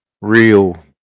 real